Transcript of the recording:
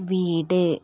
വീട്